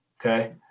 okay